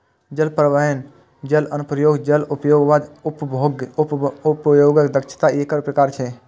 जल परिवहन, जल अनुप्रयोग, जल उपयोग आ उपभोग्य उपयोगक दक्षता एकर प्रकार छियै